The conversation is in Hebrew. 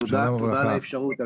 תודה רבה על האפשרות לדבר.